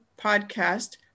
podcast